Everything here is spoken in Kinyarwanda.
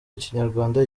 ikinyarwanda